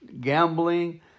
gambling